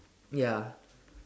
ya